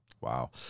Wow